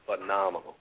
phenomenal